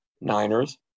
Niners